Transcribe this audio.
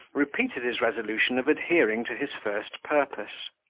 repeated his resolution of adhering to his first purpose.